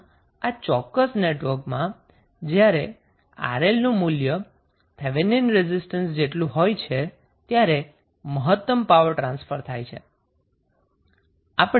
આમ આ ચોક્કસ નેટવર્કમાં જ્યારે 𝑅𝐿 નું મૂલ્ય થેવેનિન રેઝિસ્ટન્સ જેટલું હોય છે ત્યારે મહત્તમ પાવર ટ્રાન્સફર થાય છે